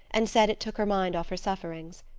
and said it took her mind off her sufferings.